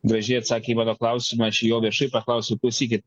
gražiai atsakė į mano klausimą aš jo viešai paklausiau klausykit